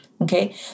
okay